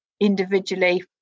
individually